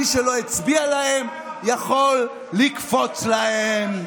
מי שלא הצביע להם יכול לקפוץ להם.